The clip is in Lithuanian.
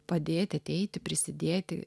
padėti ateiti prisidėti